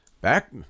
Back